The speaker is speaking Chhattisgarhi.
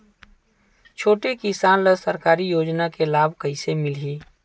छोटे किसान ला सरकारी योजना के लाभ कइसे मिलही?